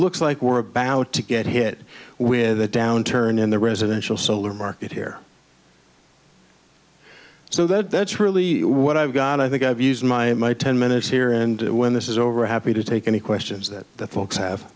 looks like we're about to get hit with a downturn in the residential solar market here so that's really what i've got i think i've used my my ten minutes here and when this is over happy to take any questions that the folks have